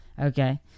Okay